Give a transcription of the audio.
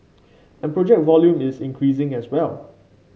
and project volume is increasing as well